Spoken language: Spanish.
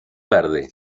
verde